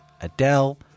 Adele